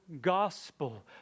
gospel